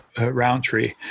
roundtree